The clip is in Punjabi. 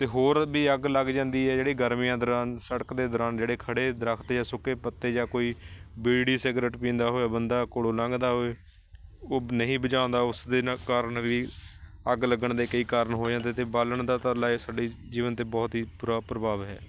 ਅਤੇ ਹੋਰ ਵੀ ਅੱਗ ਲੱਗ ਜਾਂਦੀ ਹੈ ਜਿਹੜੀ ਗਰਮੀਆਂ ਦੌਰਾਨ ਸੜਕ ਦੇ ਦੌਰਾਨ ਜਿਹੜੇ ਖੜ੍ਹੇ ਦਰੱਖਤ ਜਾਂ ਸੁੱਕੇ ਪੱਤੇ ਜਾਂ ਕੋਈ ਬੀੜੀ ਸਿਗਰਟ ਪੀਂਦਾ ਹੋਇਆ ਬੰਦਾ ਕੋਲੋਂ ਲੰਘਦਾ ਹੋਵੇ ਉਹ ਨਹੀਂ ਬੁਝਾਉਂਦਾ ਉਸ ਦੇ ਨਾ ਕਾਰਨ ਵੀ ਅੱਗ ਲੱਗਣ ਦੇ ਕਈ ਕਾਰਨ ਹੋ ਜਾਂਦੇ ਅਤੇ ਬਾਲਣ ਦਾ ਤਾਂ ਲਾਈ ਸਾਡੀ ਜੀਵਨ 'ਤੇ ਬਹੁਤ ਹੀ ਬੁਰਾ ਪ੍ਰਭਾਵ ਹੈ